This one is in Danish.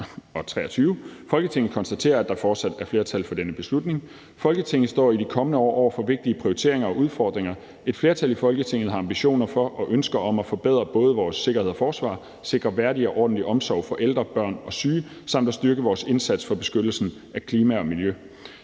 Folketinget konstaterer, at der fortsat er flertal for denne beslutning. Folketinget står i de kommende år over for vigtige prioriteringer og udfordringer. Et flertal i Folketinget har ambitioner og ønsker om at forbedre både vores sikkerhed og forsvar, sikre værdig og ordentlig omsorg for ældre, børn og syge og at styrke vores indsats for beskyttelsen af klima og miljø.